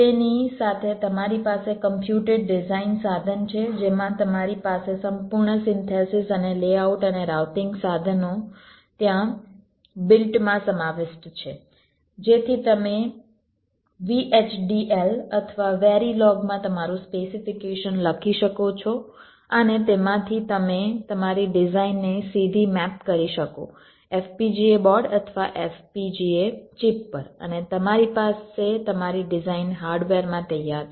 તેની સાથે તમારી પાસે કમ્પ્યુટેડ ડિઝાઈન સાધન છે જેમાં તમારી પાસે સંપૂર્ણ સિન્થેસિસ અને લેઆઉટ અને રાઉટિંગ સાધનો ત્યાં બિલ્ટ માં સમાવિષ્ટ છે જેથી તમે VHDL અથવા વેરિલોગ માં તમારું સ્પેસિફીકેશન લખી શકો અને તેમાંથી તમે તમારી ડિઝાઇનને સીધી મેપ કરી શકો FPGA બોર્ડ અથવા FPGA ચિપ પર અને તમારી પાસે તમારી ડિઝાઇન હાર્ડવેરમાં તૈયાર છે